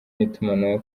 n’itumanaho